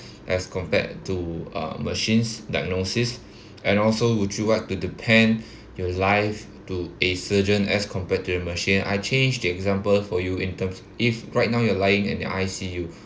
as compared to uh machines diagnosis and also would you like to depend your life to a surgeon as compared to a machine I change the example for you in terms if right now you're lying in the I_C_U